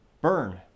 Burn